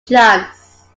chance